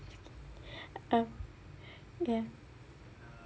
uh ya